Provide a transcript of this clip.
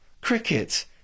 cricket